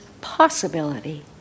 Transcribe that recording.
possibility